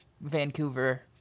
Vancouver